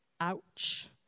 Ouch